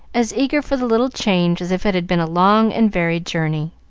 as eager for the little change as if it had been a long and varied journey.